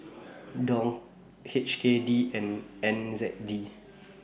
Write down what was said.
Dong H K D and N Z K D